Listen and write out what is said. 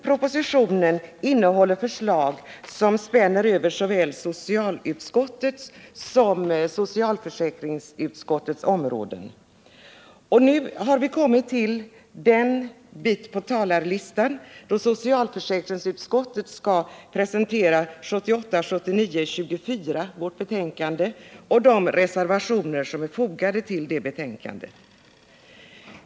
Propositionen innehåller förslag som spänner över såväl socialutskottets som socialförsäkringsutskottets områden, och nu har vi kommit till de talare på listan som avsett att beröra socialförsäkringsutskottets betänkande nr 24 och de reservationer som är fogade till detta.